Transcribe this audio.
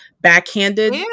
backhanded